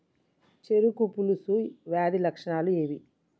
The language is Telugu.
చెరుకు పొలుసు వ్యాధి లక్షణాలు ఏవి?